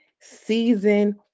season